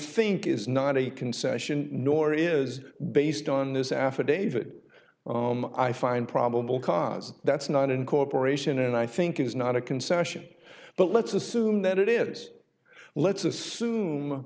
think is not a concession nor is it based on this affidavit i find probable cause that's not incorporation and i think it is not a concession but let's assume that it is let's assume